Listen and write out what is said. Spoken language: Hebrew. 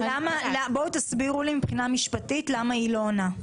בואו תסבירו לי מבחינה משפטית למה היא לא עונה.